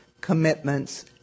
commitments